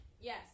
Yes